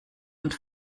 und